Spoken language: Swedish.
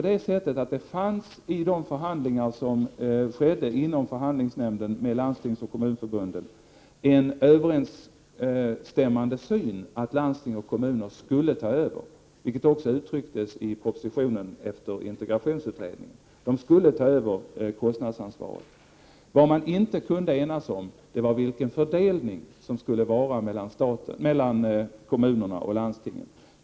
Det fanns i de förhandlingar som skedde mellan förhandlingsnämnden och Landstingsförbundet och Kommunförbundet en överensstämmande syn i fråga om att landsting och kommuner skulle ta över kostnadsansvaret, vilket också uttrycktes i propositionen efter integrationsutredningen. Vad de inte kunde enas om var vilken fördelning som skulle göras mellan kommunerna och landstingen.